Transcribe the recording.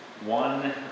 One